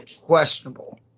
questionable